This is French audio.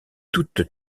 toute